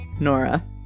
Nora